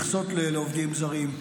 מכסות לעובדים זרים,